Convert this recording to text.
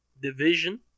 Division